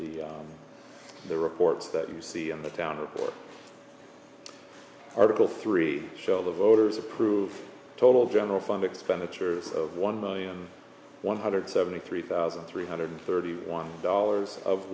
the the reports that you see in the town report article three shell the voters approved total general fund expenditures of one million one hundred seventy three thousand three hundred thirty one dollars of